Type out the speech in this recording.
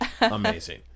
Amazing